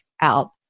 out